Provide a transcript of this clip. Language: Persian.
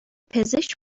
پزشک